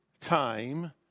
time